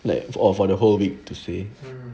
like for for the whole week to say